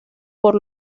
por